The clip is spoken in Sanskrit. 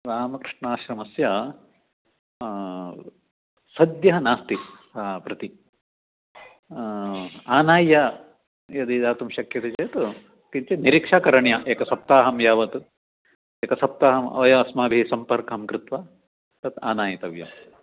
रामकृष्णाश्रमस्य सद्यः नास्ति प्रति आनीय यदि दातुं शक्यते चेत् किञ्चित् निरीक्षा करणीया एकसप्ताहं यावत् एकसप्ताहम् अय अस्माभिः सम्पर्कं कृत्वा तत् आनायतव्यम्